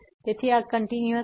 તેથી આ કંટીન્યુઅસ નથી